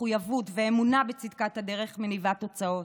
מחויבות ואמונה בצדקת הדרך מניבות תוצאות.